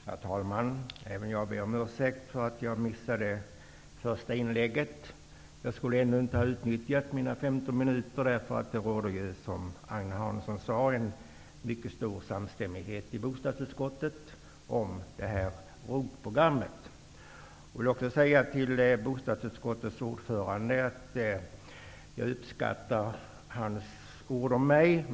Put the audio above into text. Herr talman! Även jag ber om ursäkt för att ha missat det första inlägget. Men jag skulle ändå inte ha utnyttjat mina 15 minuter. I bostadsutskottet råder ju, som Agne Hansson sade, en mycket stor samstämmighet om ROT-programmet. Till bostadsutskottets ordförande vill jag säga att jag uppskattar det han sade om mig.